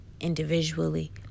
individually